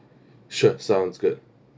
sure sounds good